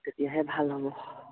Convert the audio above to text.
তেতিয়াহে ভাল হ'ব